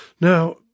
Now